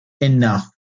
enough